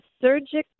surgical